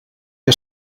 que